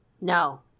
No